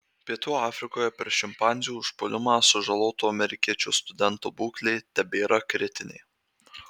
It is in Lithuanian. pietų afrikoje per šimpanzių užpuolimą sužaloto amerikiečio studento būklė tebėra kritinė